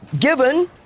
given